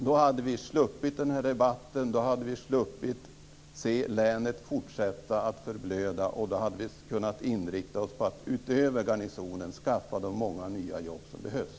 Då hade vi sluppit den här debatten, och länet hade inte fortsatt att förblöda. Då hade vi kunnat inrikta oss på att utöver garnisonen skaffa de många nya jobb som behövs.